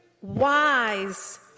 wise